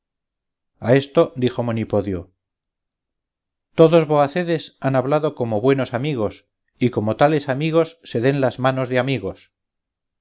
a esto dijo monipodio todos voacedes han hablado como buenos amigos y como tales amigos se den las manos de amigos